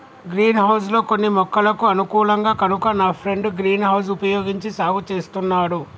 green house లో కొన్ని మొక్కలకు అనుకూలం కనుక నా ఫ్రెండు గ్రీన్ హౌస్ వుపయోగించి సాగు చేస్తున్నాడు